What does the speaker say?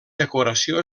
decoració